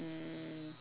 mm